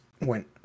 went